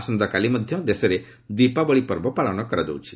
ଆସନ୍ତାକାଲି ମଧ୍ୟ ଦେଶରେ ଦୀପାବଳୀ ପର୍ବ ପାଳନ କରାଯାଉଛି